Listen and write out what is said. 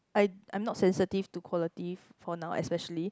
I I'm not sensitive to quality for now especially